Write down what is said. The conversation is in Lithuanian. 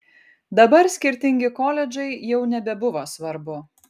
dabar skirtingi koledžai jau nebebuvo svarbu